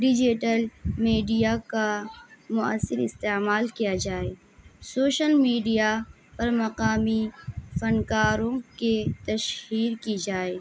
digital media کا مؤثر استعمال کیا جائے سوشل میڈیا پر مقامی فنکاروں کے تشہیر کی جائے